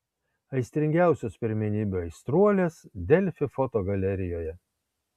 aistringiausios pirmenybių aistruolės delfi fotogalerijoje